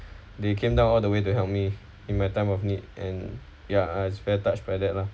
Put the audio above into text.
they came down all the way to help me in my time of need and ya I'm very touched by that lah